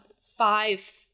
five